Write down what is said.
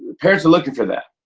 parents are looking for that.